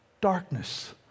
darkness